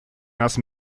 нас